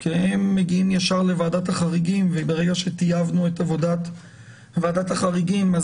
כי הם מגיעים ישר לוועדת החריגים וברגע שטייבנו את עבודת ועדת החריגים,